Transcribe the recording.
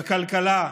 בכלכלה,